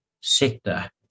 sector